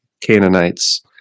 Canaanites